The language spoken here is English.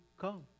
come